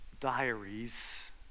diaries